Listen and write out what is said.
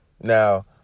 Now